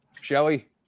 Shelly